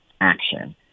action